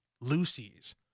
Lucy's